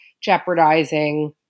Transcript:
jeopardizing